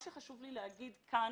חשוב לי להגיד כאן